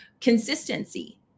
consistency